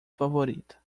favorita